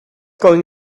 going